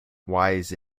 wise